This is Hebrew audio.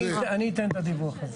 אני אתן את הדיווח.